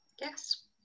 Yes